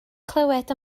clywed